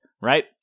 Right